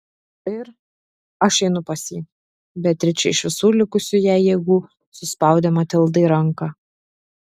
ir aš einu pas jį beatričė iš visų likusių jai jėgų suspaudė matildai ranką